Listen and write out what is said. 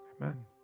amen